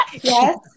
Yes